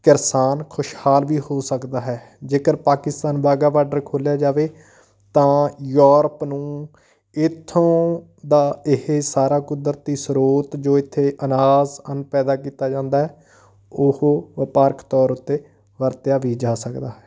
ਕਿਸਾਨ ਖੁਸ਼ਹਾਲ ਵੀ ਹੋ ਸਕਦਾ ਹੈ ਜੇਕਰ ਪਾਕਿਸਤਾਨ ਵਾਹਗਾ ਬਾਡਰ ਖੋਲਿਆ ਜਾਵੇ ਤਾਂ ਯੋਰਪ ਨੂੰ ਇੱਥੋਂ ਦਾ ਇਹ ਸਾਰਾ ਕੁਦਰਤੀ ਸਰੋਤ ਜੋ ਇੱਥੇ ਅਨਾਜ ਅੰਨ ਪੈਦਾ ਕੀਤਾ ਜਾਂਦਾ ਹੈ ਉਹ ਵਪਾਰਕ ਤੌਰ ਉਤੇ ਵਰਤਿਆ ਵੀ ਜਾ ਸਕਦਾ ਹੈ